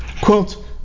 Quote